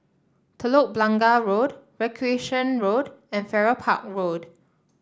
Telok Blangah Road Recreation Road and Farrer Park Road